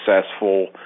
successful